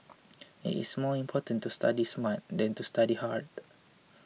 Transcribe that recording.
it's more important to study smart than to study hard